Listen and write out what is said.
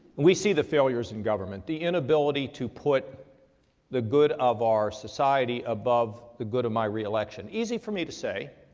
we see the failures in government. the inability to put the good of our society above the good of my reelection. easy for me to say.